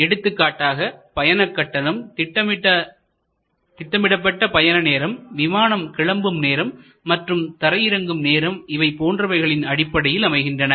எடுத்துக்காட்டாக பயணக்கட்டணம் திட்டமிடப்பட்ட பயண நேரம் விமானம் கிளம்பும் நேரம் மற்றும் தரை இறங்கும் நேரம் இவை போன்றவைகளின் அடிப்படையில் அமைகின்றன